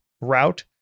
route